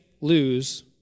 lose